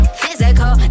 physical